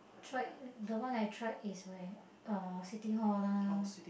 tried the one I tried is my uh City-Hall lah